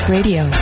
Radio